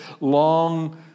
long